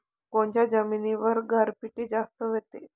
कोनच्या जमिनीवर गारपीट जास्त व्हते?